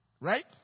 right